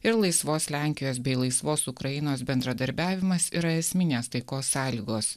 ir laisvos lenkijos bei laisvos ukrainos bendradarbiavimas yra esminės taikos sąlygos